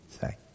say